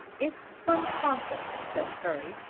it's some consul, said currie.